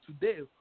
today